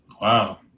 Wow